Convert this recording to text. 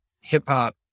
hip-hop